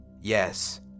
Yes